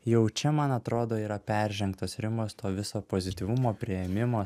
jau čia man atrodo yra peržengtos ribos to viso pozityvumo priėmimo